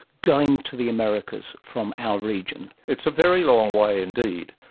going to the americas from our region. it's a very long way indeed,